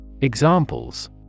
Examples